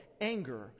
anger